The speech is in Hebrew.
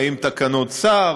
האם תקנות שר?